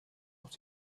auch